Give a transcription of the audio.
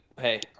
hey